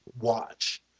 watch